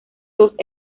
dos